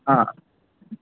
ಹಾಂ